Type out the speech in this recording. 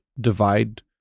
divide